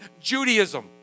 Judaism